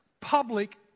public